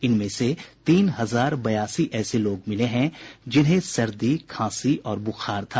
इनमें से तीन हजार बयासी ऐसे लोग मिले हैं जिन्हें सर्दी खांसी और बुखार था